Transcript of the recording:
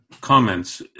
comments